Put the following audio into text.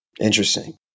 Interesting